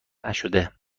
نشده